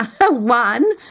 one